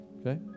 Okay